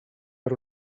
per